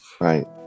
right